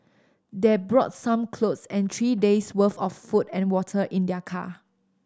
they brought some clothes and three days' worth of food and water in their car